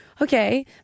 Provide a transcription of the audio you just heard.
okay